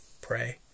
Pray